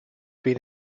been